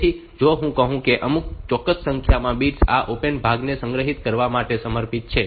તેથી જો હું કહું કે અમુક ચોક્કસ સંખ્યામાં બિટ્સ આ ઓપકોડ ભાગને સંગ્રહિત કરવા માટે સમર્પિત છે